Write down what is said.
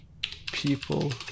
people